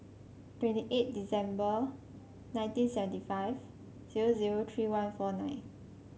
twenty eight December nineteen seventy five zero zero three one four nine